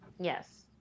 Yes